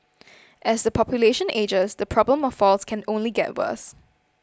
as the population ages the problem of falls can only get worse